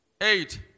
Eight